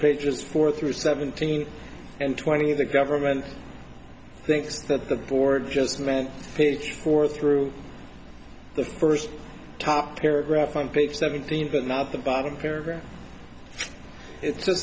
pages for through seventeen and twenty the government thinks that the board just meant page four through the first top paragraph on page seventeen but not the bottom